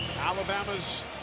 Alabama's